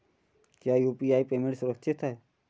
क्या UPI payment सुरक्षित है?